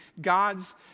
God's